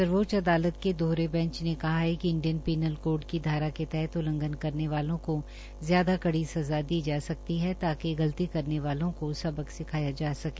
सर्वोच्च अदालत के दोहरे बैंच ने कहा है कि इंडियन पीनल कोर्ड की धारा के तहत उल्लंघन करने वालों को ज्यादा कड़ी सजा दी जा सकती है ताकि गलती करने वालों को सबक सिखाया जा सके